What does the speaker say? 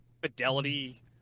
Fidelity